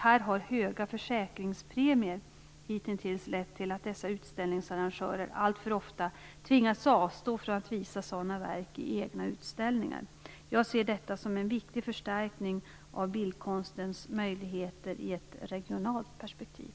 Här har höga försäkringspremier hitintills lett till att dessa utställningsarrangörer alltför ofta tvingats att avstå från att visa sådana verk i egna utställningar. Jag ser detta som en viktig förstärkning av bildkonstens möjligheter i ett regionalt perspektiv.